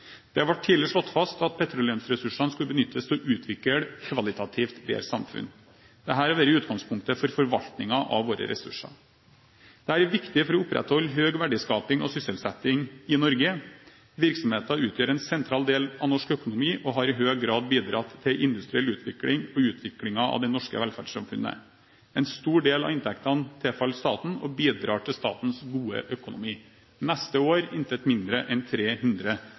Det ble tidlig slått fast at petroleumsressursene skulle benyttes til å utvikle kvalitativt bedre samfunn. Dette har vært utgangspunktet for forvaltningen av våre ressurser. Dette er viktig for å opprettholde høy verdiskaping og sysselsetting i Norge. Virksomheten utgjør en sentral del av norsk økonomi og har i høy grad bidratt til industriell utvikling og utviklingen av det norske velferdssamfunnet. En stor del av inntektene tilfaller staten og bidrar til statens gode økonomi – neste år intet mindre enn